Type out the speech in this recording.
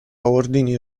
ordini